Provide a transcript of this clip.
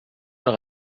noch